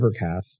Evercast